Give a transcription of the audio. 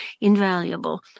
invaluable